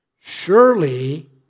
Surely